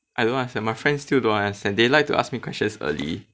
I don't understand my friend still don't want to send they like to ask me questions early